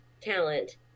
talent